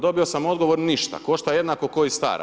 Dobio sam odgovor, ništa, košta jednako ko i stara.